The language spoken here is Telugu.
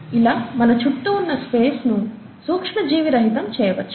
ఇలా మన చుట్టూ ఉన్న స్పేస్ను సూక్ష్మ జీవి రహితం చేయవచ్చు